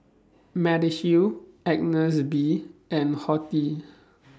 Mediheal Agnes B and Horti